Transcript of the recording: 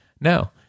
No